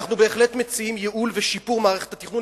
אנחנו בהחלט מציעים ייעול ושיפור מערכת התכנון,